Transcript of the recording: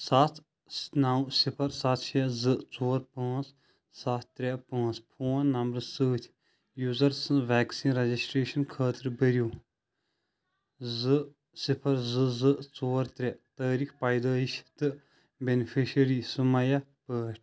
ستھ نو سفر ستھ شیٚے زٕ ژور پانٛژھ ستھ ترٛےٚ پانٛژھ فون نمبرٕ سۭتۍ یوزر سٕنٛز ویکسیٖن رجسٹریشن خٲطرٕ بٔرِو زٕ سفر زٕ زٕ ژور ترٛےٚ تٲریٖخ پیدٲیش تہٕ بینِفیشری سُمَییا پٲٹھۍ